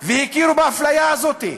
והכירו באפליה הזאת.